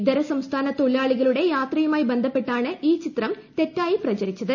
ഇതര സംസ്ഥാനത്തൊഴിലാളി കളുടെ യാത്രയുമായുംബ്സ്പ്പെട്ടാണ് ഈ ചിത്രം തെറ്റായി പ്രചരിച്ചത്